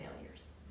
failures